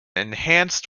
enhanced